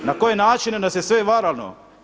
Na koji način nas je sve varano.